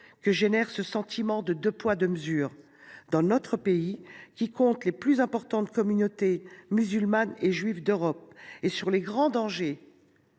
qu’engendre ce sentiment de « deux poids, deux mesures » dans notre pays, qui compte les plus importantes communautés musulmane et juive d’Europe, et sur les grands dangers